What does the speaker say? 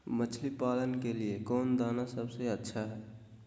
मछली पालन के लिए कौन दाना सबसे अच्छा है?